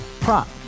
prop